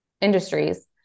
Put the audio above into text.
industries